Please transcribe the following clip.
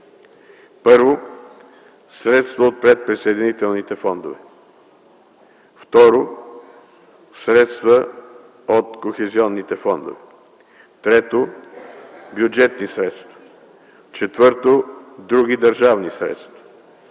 първо, средства от предприсъединителните фондове; второ, средства от Кохезионния фонд; трето, бюджетни средства; четвърто, други държавни средства;